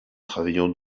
travaillant